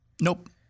nope